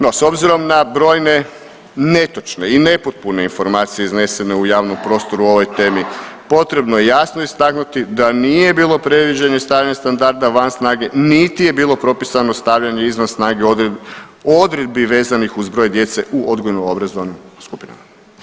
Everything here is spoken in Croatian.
No, s obzirom na brojne netočne i nepotpune informacije iznesene u javnom prostoru o ovoj temi potrebno je jasno istaknuti da nije bilo predviđeno i stavljanje van standarda, van snage, niti je bilo propisano stavljanje izvan snage odredbi vezanih uz broj djece u odgojno-obrazovnim skupinama.